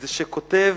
היא איגרת שכותב